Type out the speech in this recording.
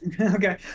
okay